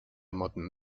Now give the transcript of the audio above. modern